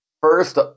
first